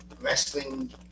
wrestling